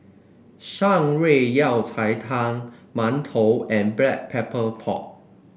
Shan Rui Yao Cai Tang mantou and Black Pepper Pork